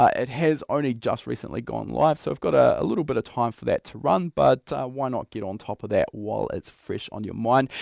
ah it has only just recently gone live so we've got a little bit of time for that to run. but why not get on top of that while it's fresh on your mind.